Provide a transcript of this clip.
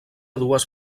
dues